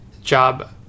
job